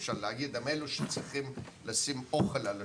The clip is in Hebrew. אלו שצריכים לשים אוכל על השולחן,